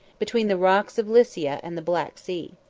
between the rocks of lycia and the black sea.